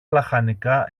λαχανικά